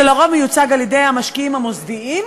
שלרוב מיוצג על-ידי המשקיעים המוסדיים,